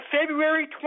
February